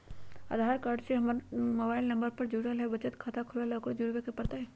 आधार card से हमर mobile number न जुरल है त बचत खाता खुलवा ला उकरो जुड़बे के पड़तई?